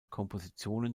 kompositionen